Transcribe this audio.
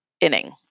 inning